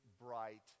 bright